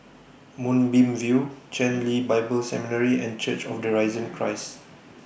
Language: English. Moonbeam View Chen Lien Bible Seminary and Church of The Risen Christ